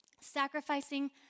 Sacrificing